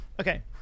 okay